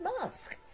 mask